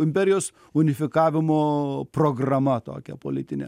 imperijos unifikavimo programa tokia politinė